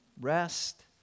Rest